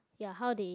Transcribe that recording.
ya how they